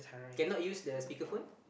cannot use the speaker phone